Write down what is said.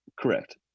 Correct